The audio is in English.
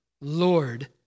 Lord